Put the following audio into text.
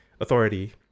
authority